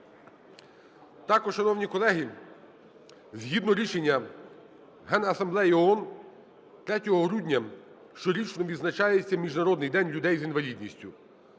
Також, шановні колеги, згідно рішення Генасамблеї ООН 3 грудня щорічно відзначається Міжнародний день людей з інвалідністю.